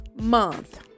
Month